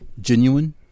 genuine